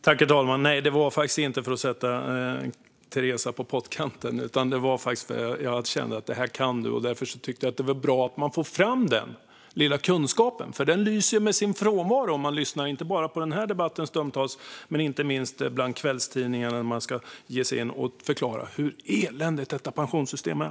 Herr talman! Jag ställde faktiskt inte frågan för att sätta Teresa på pottkanten, utan jag kände att hon kan det här. Därför tyckte jag att det skulle vara bra om den kunskapen kommer fram. Den lyser nämligen med sin frånvaro inte bara i den här debatten stundtals utan inte minst när kvällstidningarna ska ge sig in på att förklara hur eländigt detta pensionssystem är.